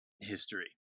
history